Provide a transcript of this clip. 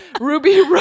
Ruby